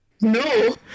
No